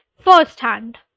firsthand